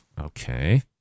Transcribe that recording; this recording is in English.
Okay